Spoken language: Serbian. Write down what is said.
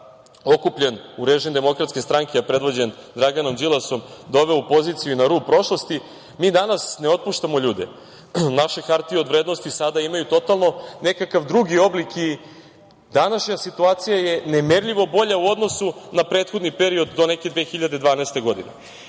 okupljen u režim DS, a predvođen Draganom Đilasom doveo u poziciju na rub prošlosti, mi danas ne otpuštamo ljude, naše Hartije od vrednosti sada imaju totalno nekakav drugi oblik. Današnja situacija je nemerljivo bolja u odnosu na prethodni period, do neke 2012.